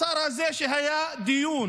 השר הזה, כשהיה דיון